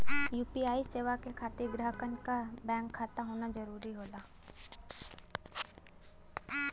UPI सेवा के खातिर ग्राहकन क बैंक खाता होना जरुरी होला